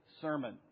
sermon